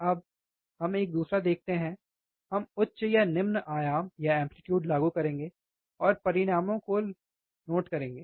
अब हम एक दूसरा देखते हैं हम उच्च या निम्न आयाम लागू करेंगे और परिणामों को लिख लेंगे